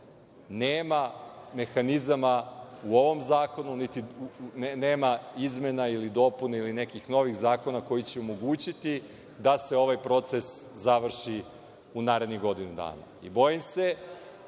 nema mehanizama u ovom zakonu, niti nema izmena, dopuna ili nekih novih zakona koji će omogućiti da se ovaj proces završi u narednih godinu dana. Bojim se,